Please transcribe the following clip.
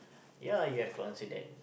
ya you have to answer that